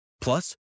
Plus